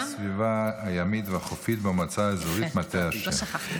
על הסביבה הימית והחופית במועצה האזורית מטה אשר.